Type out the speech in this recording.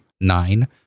nine